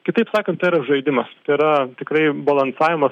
kitaip sakant tai yra žaidimas yra tikrai balansavimas